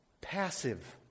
passive